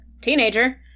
teenager